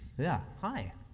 yeah, hi.